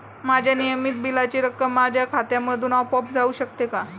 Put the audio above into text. माझ्या नियमित बिलाची रक्कम माझ्या खात्यामधून आपोआप जाऊ शकते का?